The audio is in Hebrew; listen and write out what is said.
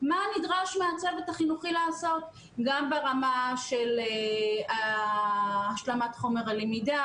מה נדרש מהצוות החינוכי לעשות גם ברמה של השלמת חומר הלמידה,